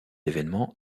événement